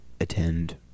attend